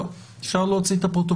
אפשר להוציא את הפרוטוקול.